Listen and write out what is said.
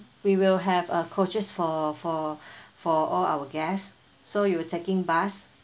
we will have a coache for for for all our guests so you will taking bus